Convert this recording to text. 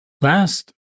last